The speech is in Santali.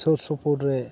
ᱥᱩᱨ ᱥᱩᱯᱩᱨ ᱨᱮ